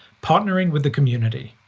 partnering with the community.